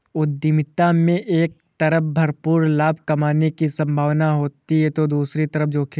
उद्यमिता में एक तरफ भरपूर लाभ कमाने की सम्भावना होती है तो दूसरी तरफ जोखिम